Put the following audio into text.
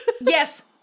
Yes